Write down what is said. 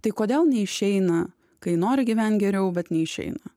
tai kodėl neišeina kai nori gyvent geriau bet neišeina